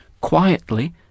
quietly